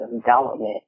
development